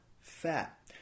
fat